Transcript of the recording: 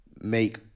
make